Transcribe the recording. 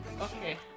Okay